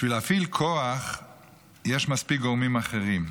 בשביל להפעיל כוח יש מספיק גורמים אחרים.